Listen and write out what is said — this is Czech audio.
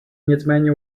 nicméně